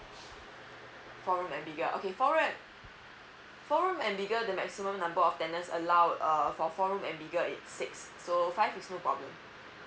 four room and bigger okay for rent four room and bigger the maximum number of tenant allowed uh for four room and bigger is six so five is no problem